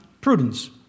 prudence